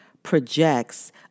projects